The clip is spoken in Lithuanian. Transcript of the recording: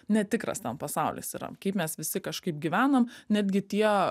netikras ten pasaulis yra kai mes visi kažkaip gyvenam netgi tie